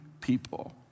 people